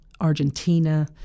Argentina